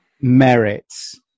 merits